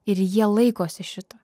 ir jie laikosi šito